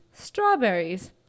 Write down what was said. strawberries